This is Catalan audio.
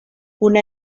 una